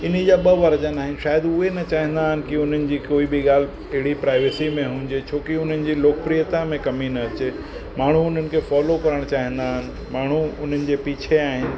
इन जा ॿ वर्जन आहिनि शाइदि उहे न चाहींदा आहिनि की उन्हनि जी कोई ॿि ॻाल्हि अहिड़ी प्राइवेसी में हूजे छोकी उन्हनि जी लोकप्रियता में कमी न अचे माण्हू उन्हनि खे फॉलो करणु चाहींदा आहिनि माण्हू उन्हनि जे पीछे आहिनि